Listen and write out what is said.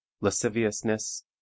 lasciviousness